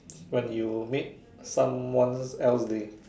when you made someone else's day